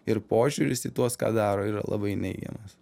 ir požiūris į tuos ką daro yra labai neigiamas